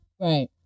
Right